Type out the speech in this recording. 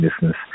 business